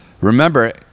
Remember